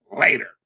later